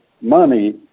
money